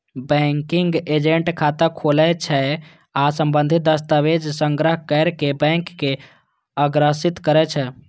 banking agent खाता खोलै छै आ संबंधित दस्तावेज संग्रह कैर कें बैंक के अग्रसारित करै छै